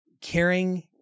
caring